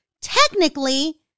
technically